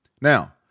Now